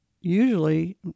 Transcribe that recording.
usually